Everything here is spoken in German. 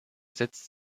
setzt